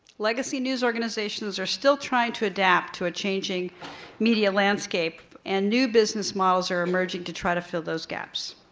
legacy news organizations are still trying to adapt to a changing media landscape, and new business models are emerging to try to fill those gaps.